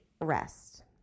rest